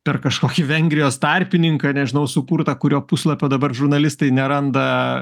per kažkokį vengrijos tarpininką nežinau sukurtą kurio puslapio dabar žurnalistai neranda